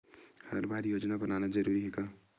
हर बार योजना बनाना जरूरी है?